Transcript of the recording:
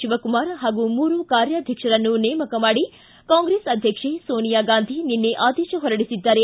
ಶಿವಕುಮಾರ್ ಹಾಗೂ ಮೂರು ಕಾರ್ಯಾಧ್ಯಕ್ಷರನ್ನು ನೇಮಕ ಮಾಡಿ ಕಾಂಗ್ರೆಸ್ ಅಧ್ಯಕ್ಷೆ ಸೋನಿಯಾ ಗಾಂಧಿ ನಿನ್ನೆ ಆದೇಶ ಹೊರಡಿಸಿದ್ದಾರೆ